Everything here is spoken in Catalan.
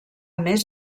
més